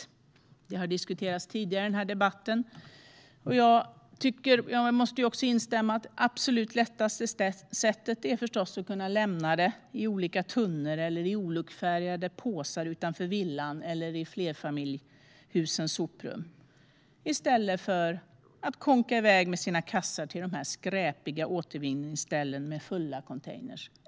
Detta har diskuterats tidigare i denna debatt, och jag måste också instämma i att det absolut lättaste sättet förstås är att kunna lämna det i olika tunnor eller i olikfärgade påsar utanför villan eller i flerfamiljshusens soprum, i stället för att kånka iväg med sina kassar till skräpiga återvinningsställen med fulla containrar.